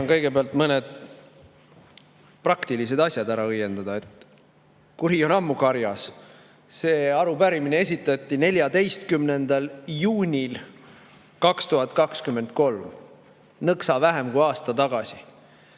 tahan kõigepealt mõned praktilised asjad ära õiendada. Kuri on ammu karjas. See arupärimine esitati 14. juunil 2023, nõksa vähem kui aasta tagasi.